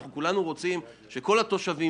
אנחנו כולנו רוצים שכל התושבים,